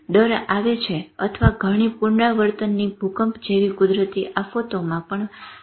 ડર આવે છે અથવા ઘણીવાર પુનરાવર્તનની ભૂકંપ જેવી કુદરતી આફતોમાં પણ જરૂર પડતી નથી